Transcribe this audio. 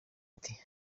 ati